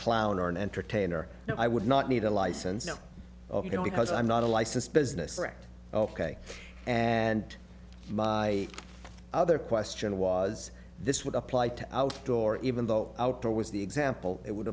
clown or an entertainer and i would not need a license you know because i'm not a licensed business ok and my other question was this would apply to outdoor even though outdoor was the example it would